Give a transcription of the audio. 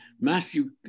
Matthew